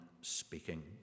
speaking